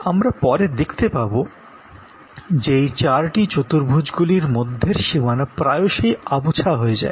আমরা পরে দেখতে পাবো যে এই চারটি চতুর্ভুজগুলির মধ্যের সীমানা প্রায়শই আবছা হয় যায়